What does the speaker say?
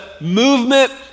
movement